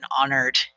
honored